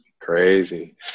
Crazy